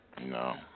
No